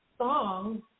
songs